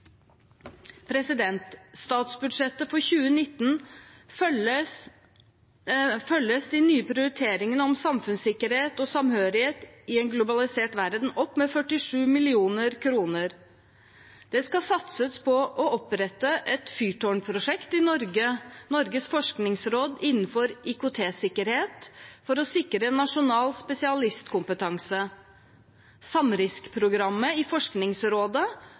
statsbudsjettet for 2019 følges de nye prioriteringene om samfunnssikkerhet og samhørighet i en global verden opp med 47 mill. kr. Det skal satses på å opprette et fyrtårnprosjekt i Norge, i Norges forskningsråd, innenfor IKT-sikkerhet for å sikre nasjonal spesialistkompetanse, SAMRISK-programmet i Forskningsrådet